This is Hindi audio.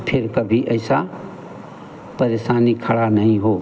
फ़िर कभी ऐसी परेशानी खड़ी नहीं हो